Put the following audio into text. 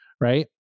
Right